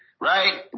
right